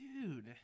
Dude